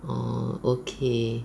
orh okay